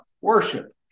worship